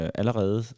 allerede